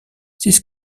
this